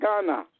Ghana